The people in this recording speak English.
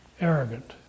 arrogant